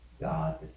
God